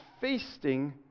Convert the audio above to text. feasting